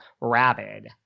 rabid